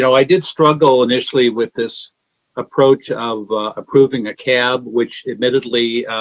so i did struggle initially with this approach of approving a cab, which admittedly,